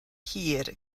hir